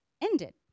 ended